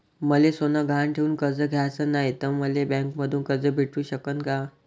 मले सोनं गहान ठेवून कर्ज घ्याचं नाय, त मले बँकेमधून कर्ज भेटू शकन का?